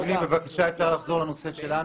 אדוני, אפשר לחזור לנושא שלנו?